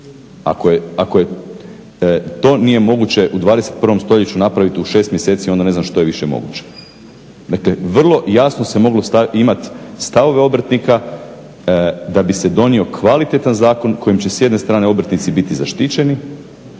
Ako to nije moguće u 21. stoljeću napraviti u 6 mjeseci onda ne znam što je više moguće. Dakle, vrlo jasno se moglo imati stavove obrtnika da bi se donio kvalitetan zakon kojim će s jedne strane obrtnici biti zaštićeni,